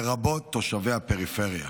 לרבות תושבי הפריפריה.